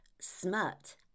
smut